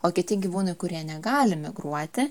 o kiti gyvūnai kurie negali migruoti